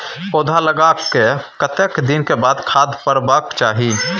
पौधा लागलाक कतेक दिन के बाद खाद परबाक चाही?